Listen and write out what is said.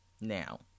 Now